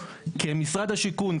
כמשרד השיכון,